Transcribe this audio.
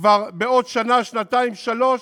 כבר בעוד שנה, שנתיים, שלוש,